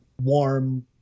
warm